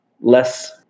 less